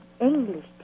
English